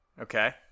Okay